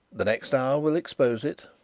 the next hour will expose it.